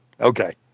Okay